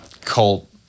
cult